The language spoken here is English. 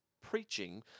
preaching